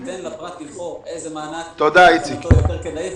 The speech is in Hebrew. ניתן לפרט לבחור איזה מענק מבחינתו כדאי יותר,